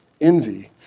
envy